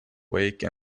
wake